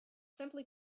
simply